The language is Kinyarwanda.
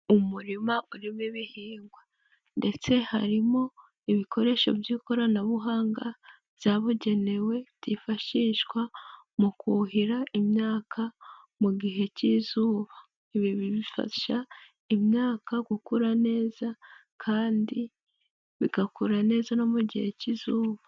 Umurima urimo ibihingwa ndetse harimo ibikoresho by'ikoranabuhanga byabugenewe byifashishwa mu kuhira imyaka mu gihe cy'izuba, ibi bifasha imyaka gukura neza kandi bigakura neza no mu gihe cy'izuba.